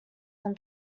than